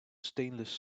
stainless